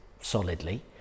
solidly